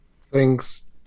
Thanks